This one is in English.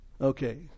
Okay